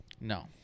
No